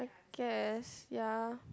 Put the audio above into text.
guess ya